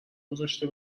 گذاشته